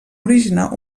originar